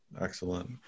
Excellent